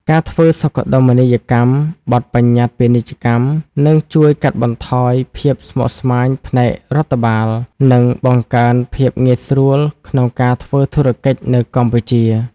ការធ្វើសុខដុមនីយកម្មបទបញ្ញត្តិពាណិជ្ជកម្ម នឹងជួយកាត់បន្ថយភាពស្មុគស្មាញផ្នែករដ្ឋបាល និងបង្កើនភាពងាយស្រួលក្នុងការធ្វើធុរកិច្ចនៅកម្ពុជា។